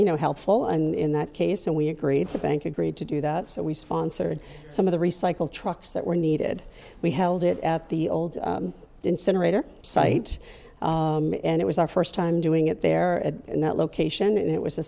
you know helpful and in that case and we agreed the bank agreed to do that so we sponsored some of the recycle trucks that were needed we held it at the old incinerator site and it was our first time doing it there at that location and it was the